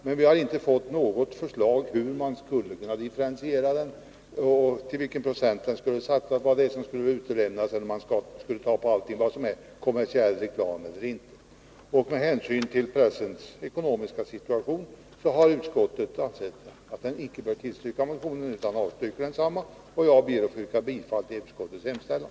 Men vi har inte fått något förslag om hur man skulle kunna differentiera reklamskatten, vilka procentsatser som skulle gälla, vad som skulle utelämnas, vad som är kommersiell reklam och vad som inte är det. Med hänsyn till pressens ekonomiska situation har utskottet ansett att motionen inte bör tillstyrkas. Utskottet avstyrker alltså motionen. Och jag ber att få yrka bifall till utskottets hemställan.